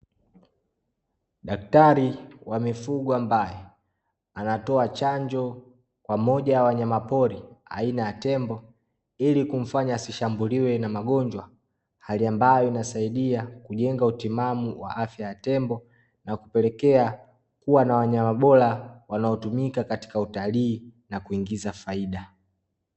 Daktari wa mifugo ambaye, anatoa chanjo pamoja wanyama pori aina ya tembo, ili kumfanya asishambuliwe na magonjwa. Hali ambayo inasaidia kujenga utimamu wa afya wa tembo na kupelekea kuwa na wanyama bora wanaotumika katika utalii na kuingiza faida.